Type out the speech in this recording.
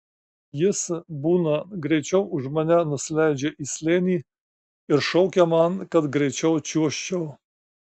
jis būna greičiau už mane nusileidžia į slėnį ir šaukia man kad greičiau čiuožčiau